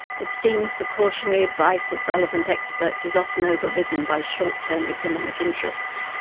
it seems the cautionary advice of relevant experts is often over-ridden by short-term economic interests,